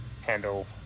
handle